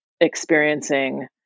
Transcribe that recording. experiencing